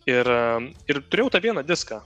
ir ir turėjau tą vieną diską